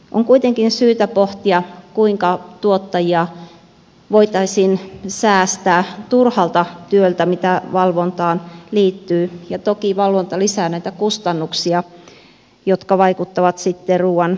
on kuitenkin syytä pohtia kuinka tuottajia voitaisiin säästää turhalta työltä mitä valvontaan liittyy ja toki valvonta lisää näitä kustannuksia jotka vaikuttavat sitten ruuan kalleuteen